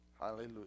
hallelujah